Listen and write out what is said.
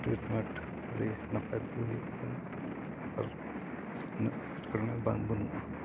treatment ᱟᱹᱰᱤ ᱱᱟᱯᱟᱭ ᱛᱮᱜᱮ ᱦᱩᱭᱩᱜ ᱠᱟᱱᱟ ᱟᱨ ᱩᱱᱟᱹᱜ ᱮᱴᱠᱮᱴᱚᱬᱮ ᱵᱟᱝ ᱵᱟᱹᱱᱩᱜᱼᱟ